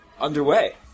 Underway